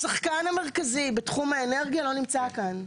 השחקן המרכזי בתחום האנרגיה לא נמצא כאן.